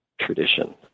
tradition